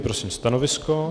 Prosím stanovisko.